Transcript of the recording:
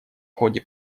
ходе